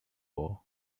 war